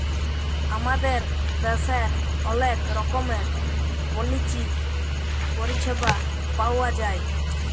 আমাদের দ্যাশের অলেক রকমের পলিচি পরিছেবা পাউয়া যায়